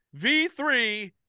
v3